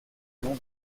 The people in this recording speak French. nom